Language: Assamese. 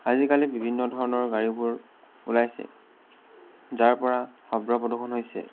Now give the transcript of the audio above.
আজিকালি বিভিন্ন ধৰণৰ গাড়ীবোৰ ওলাইছে যাৰ পৰা শব্দ প্ৰদূষণ হৈছে